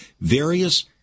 various